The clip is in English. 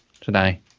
today